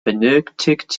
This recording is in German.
benötigt